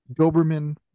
doberman